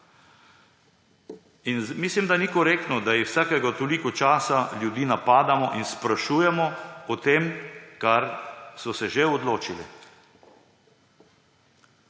Mislim, da ni korektno, da vsake toliko časa ljudi napadamo in sprašujemo o tem, kar so se že odločili.